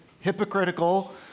hypocritical